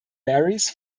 berries